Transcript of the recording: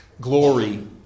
glory